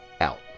out